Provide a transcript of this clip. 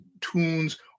tunes